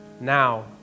Now